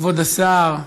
כבוד השר,